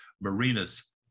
marina's